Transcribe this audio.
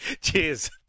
Cheers